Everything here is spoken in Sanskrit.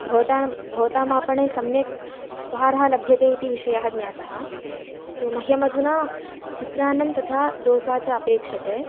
भवतां भवतामापणे सम्यक् उपाहारः लभ्यते इति विषयः ज्ञातः अस्तु मह्यम् अधुना चित्रान्नं तथा दोसा च अपेक्षते